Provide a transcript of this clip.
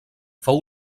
fou